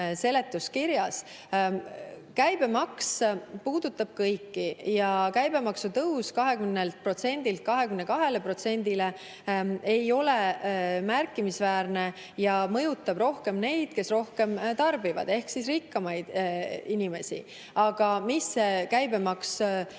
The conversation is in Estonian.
Käibemaks puudutab kõiki ja käibemaksu tõus 20%-lt 22%-le ei ole märkimisväärne ja mõjutab rohkem neid, kes rohkem tarbivad, ehk siis rikkamaid inimesi. Aga käibemaksu